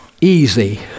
easy